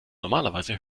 normalerweise